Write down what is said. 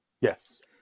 Yes